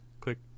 click